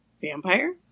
vampire